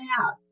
out